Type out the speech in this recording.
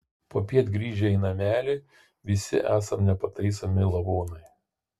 popiet grįžę į namelį visi esam nepataisomi lavonai